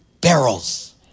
barrels